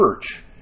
church